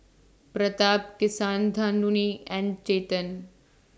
Pratap Kasinadhuni and Chetan